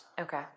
Okay